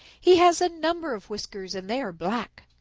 he has a number of whiskers and they are black.